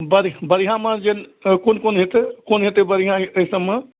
बढ़िआँमे जे कोन कोन हेतै कोन हेतै बढ़िआँ एहिसबमे